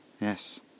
Yes